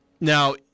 Now